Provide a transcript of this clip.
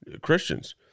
Christians